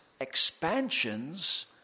expansions